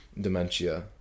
dementia